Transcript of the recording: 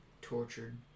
tortured